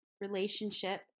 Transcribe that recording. relationship